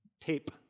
tape